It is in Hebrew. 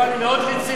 מאוד מציק לי,